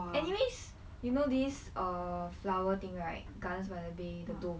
anyways you know this err flower thing right gardens by the bay the dome